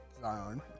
Zion